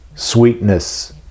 sweetness